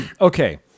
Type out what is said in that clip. Okay